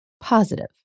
positive